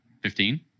Fifteen